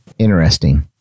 interesting